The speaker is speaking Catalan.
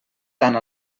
tant